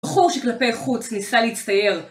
בחור שכלפי החוץ ניסה להצטייר